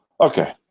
Okay